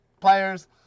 players